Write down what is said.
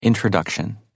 Introduction